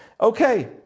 Okay